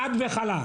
חד וחלק!